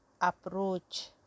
approach